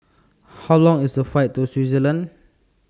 How Long IS The Flight to Switzerland